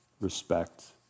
respect